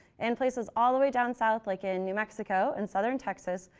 and places all the way down south, like in new mexico and southern texas.